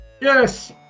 Yes